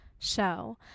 show